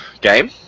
game